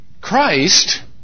Christ